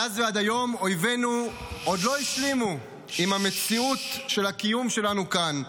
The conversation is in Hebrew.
מאז ועד היום אויבינו עוד לא השלימו עם המציאות של הקיום שלנו כאן,